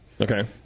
Okay